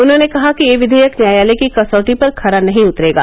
उन्हॉने कहा कि यह विधेयक न्यायालय की कसौटी पर खरा नहीं उतरेगा